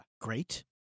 great